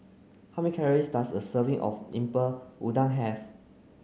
how many calories does a serving of Lemper Udang have